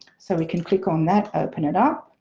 so we can click on that, open it up,